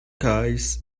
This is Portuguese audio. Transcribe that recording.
cais